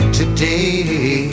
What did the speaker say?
today